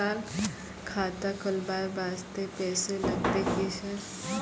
खाता खोलबाय वास्ते पैसो लगते की सर?